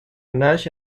nash